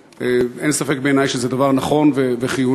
ואין ספק בעיני שזה דבר נכון וחיוני,